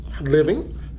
living